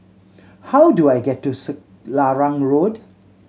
how do I get to Selarang Road